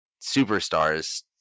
superstars